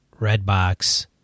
Redbox